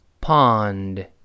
pond